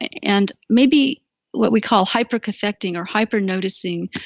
and maybe what we call hyper cathecting, or hyper noticing,